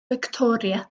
victoria